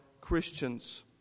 Christians